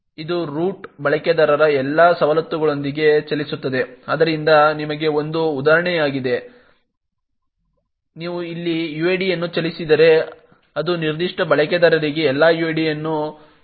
ಇದು ರೂಟ್ ಬಳಕೆದಾರರ ಎಲ್ಲಾ ಸವಲತ್ತುಗಳೊಂದಿಗೆ ಚಲಿಸುತ್ತದೆ ಆದ್ದರಿಂದ ನಿಮಗೆ ಒಂದು ಉದಾಹರಣೆಯಾಗಿದೆ ನೀವು ಇಲ್ಲಿ ಐಡಿಯನ್ನು ಚಲಾಯಿಸಿದರೆ ಅದು ನಿರ್ದಿಷ್ಟ ಬಳಕೆದಾರರಿಗೆ ಎಲ್ಲಾ ಐಡಿಗಳನ್ನು ಹೇಳುತ್ತದೆ